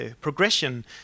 progression